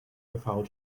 without